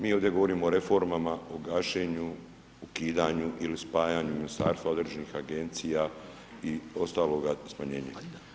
Mi ovdje govorimo o reformama, o gašenju, ukidanju ili spajanju Ministarstva određenih Agencija i ostaloga smanjenje.